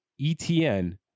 ETN